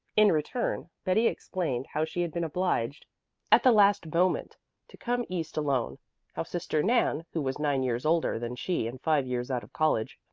in return betty explained how she had been obliged at the last moment to come east alone how sister nan, who was nine years older than she and five years out of college,